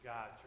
God